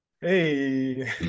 Hey